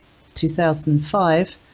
2005